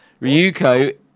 Ryuko